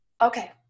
okay